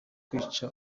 kwica